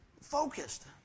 focused